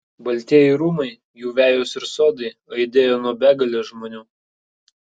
baltieji rūmai jų vejos ir sodai aidėjo nuo begalės žmonių